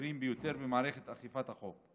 הבכירים ביותר במערכת אכיפת החוק.